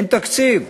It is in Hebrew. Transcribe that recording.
אין תקציב.